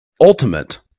ultimate